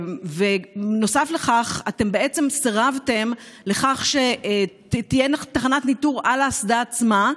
ונוסף לכך אתם בעצם סירבתם לכך שתהיה תחנת ניטור על האסדה עצמה,